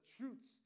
truths